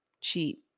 cheat